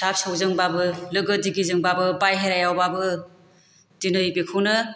फिसा फिसौजोंबाबो लोगो दिगि जोंबाबो बायह्रायावबाबो दिनै बेखौनो